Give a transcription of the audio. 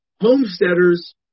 Homesteaders